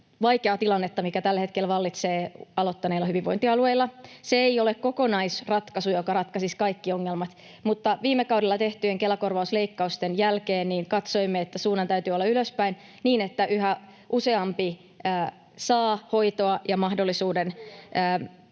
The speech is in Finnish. vaikeaa tilannetta, mikä tällä hetkellä vallitsee aloittaneilla hyvinvointialueilla. Se ei ole kokonaisratkaisu, joka ratkaisisi kaikki ongelmat, mutta viime kaudella tehtyjen Kela-korvausleikkausten jälkeen katsoimme, että suunnan täytyy olla ylöspäin, niin että yhä useampi saa hoitoa ja mahdollisuuden